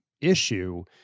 issue